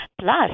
Plus